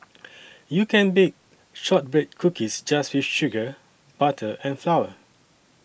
you can bake Shortbread Cookies just with sugar butter and flour